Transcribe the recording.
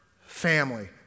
family